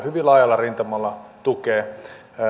hyvin laajalla rintamalla tukea